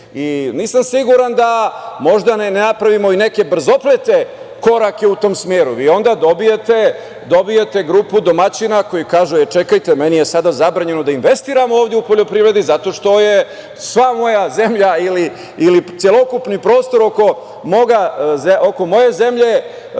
Nisam siguran da možda ne napravimo i neke brzoplete korake u tom smeru. Vi onda dobijate grupu domaćina koji kažu – čekajte, meni je sada zabranjeno da investiram ovde u poljoprivredu zato što je sva moja zemlja ili celokupni prostor oko moje zemlje